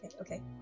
Okay